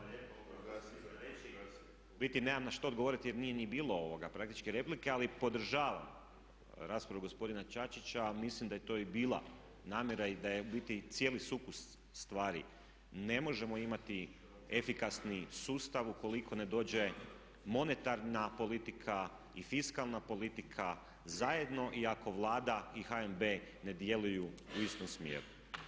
U biti nemam na što odgovoriti jer nije ni bilo praktički replike ali podržavam raspravu gospodina Čačića a mislim da je to i bila namjera i da je u biti cijeli sukus stvari, ne možemo imati efikasni sustav ukoliko ne dođe monetarna politika i fiskalna politika zajedno i ako Vlada i HNB ne djeluju u istom smjeru.